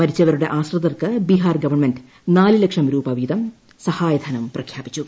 മരിച്ചവരുടെ ആശ്രിതർക്ക് ബിഹാർ ഗവൺമെന്റ് നാലു ലക്ഷം രൂപ വീതം സഹായധനം പ്രഖ്യാപിച്ചു